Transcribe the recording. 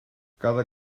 cada